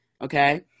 Okay